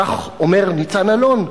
כך אומר ניצן אלון,